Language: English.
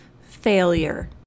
Failure